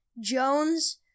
Jones